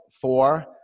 four